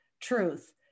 truth